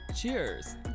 Cheers